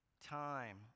time